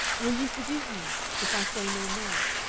will you forgive me if i say no more?